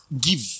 give